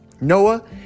Noah